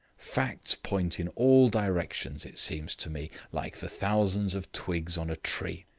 facts point in all directions, it seems to me, like the thousands of twigs on a tree.